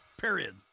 period